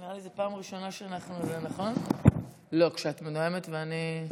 נראה לי שזו פעם ראשונה, נכון, שאת נואמת ואני פה.